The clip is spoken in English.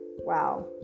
wow